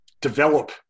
develop